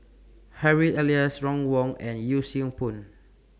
Harry Elias Ron Wong and Yee Siew Pun